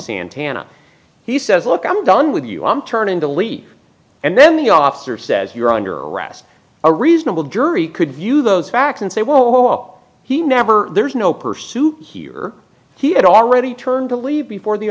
santana he says look i'm done with you i'm turning to leave and then the officer says you're under arrest a reasonable jury could use those facts and say whoa whoa up he never there's no pursuit here or he had already turned to leave before the